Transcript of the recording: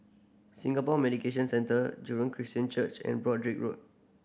Singapore Mediation Centre Jurong Christian Church and Broadrick Road